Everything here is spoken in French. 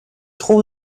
trouve